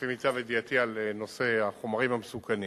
לפי מיטב ידיעתי, על נושא החומרים המסוכנים.